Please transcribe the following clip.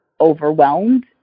overwhelmed